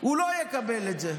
הוא לא יקבל את זה,